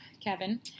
Kevin